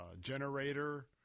generator